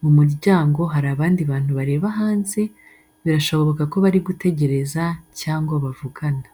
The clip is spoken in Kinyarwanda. Mu muryango hari abandi bantu bareba hanze, birashoboka ko bari gutegereza cyangwa bavugana.